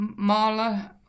Marla